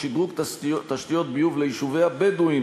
שדרוג תשתיות ביוב ליישובי הבדואים,